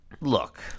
Look